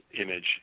Image